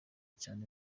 cyane